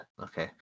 okay